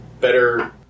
better